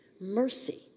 Mercy